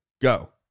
Go